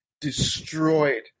destroyed